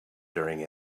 during